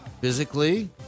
physically